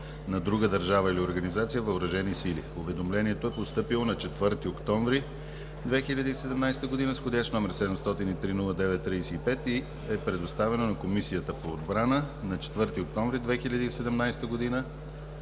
(на друга държава или организация) въоръжени сили. Уведомлението е постъпило на 4 октомври 2017 г. с вх. № 703 09-35 и е предоставено на Комисията по отбрана. На 4 октомври 2017 г.